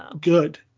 good